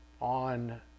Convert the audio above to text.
on